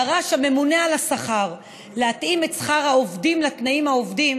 דרש הממונה על השכר להתאים את שכר העובדים לתנאי העובדים